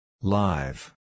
Live